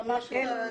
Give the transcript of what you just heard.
ממש לא...